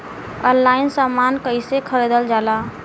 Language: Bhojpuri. ऑनलाइन समान कैसे खरीदल जाला?